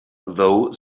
though